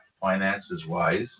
finances-wise